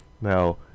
Now